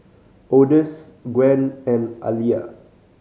Odus Gwen and Aliya